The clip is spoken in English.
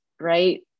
right